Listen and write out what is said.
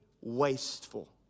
wasteful